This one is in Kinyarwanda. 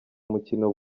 umukino